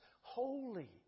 holy